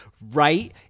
right